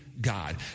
god